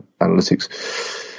analytics